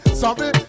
sorry